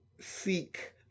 seek